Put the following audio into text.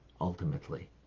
ultimately